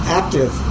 active